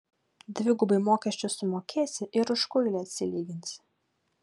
dvigubai mokesčius sumokėsi ir už kuilį atsilyginsi